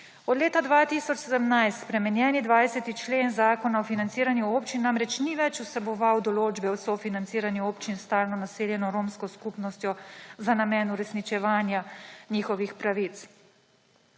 Od leta 2017, spremenjeni 20. člen Zakona o financiranju občin namreč ni več vseboval določbe o sofinanciranju občin s stalno naseljeno romsko skupnostjo za namen uresničevanja njihovih pravic.